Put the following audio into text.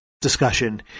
discussion